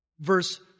verse